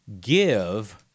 give